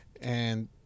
And-